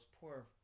poor